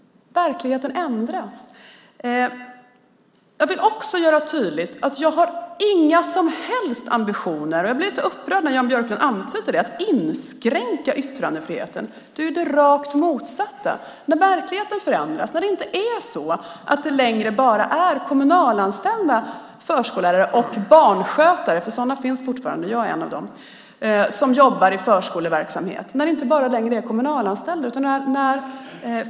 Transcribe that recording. Verkligheten ändras. Jag vill också göra tydligt att jag inte har några som helst ambitioner - jag blir upprörd när Jan Björklund antyder det - att inskränka yttrandefriheten. Det är det rakt motsatta. Verkligheten förändras. Det är inte längre bara kommunanställda förskollärare och barnskötare - sådana finns fortfarande, jag är en av dem - som jobbar i förskoleverksamhet.